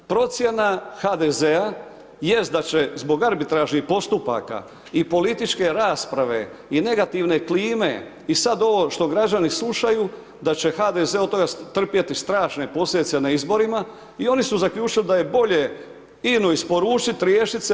Procjena HDZ-a jest da će zbog arbitražnih postupaka i političke rasprave i negativne klime i sada ovo što građani slušaju da će HDZ-e od toga trpjeti strašne posljedice na izborima i oni su zaključili da je bolje INA-u isporučiti, riješit se.